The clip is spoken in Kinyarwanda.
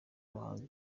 abahanzi